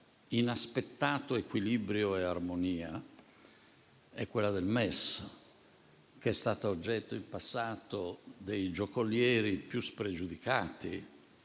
inaspettato equilibrio e armonia. È quella del MES, che in passato è stato oggetto dei giocolieri più spregiudicati,